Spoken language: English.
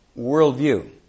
worldview